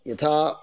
यथा